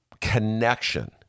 connection